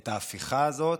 את ההפיכה הזאת,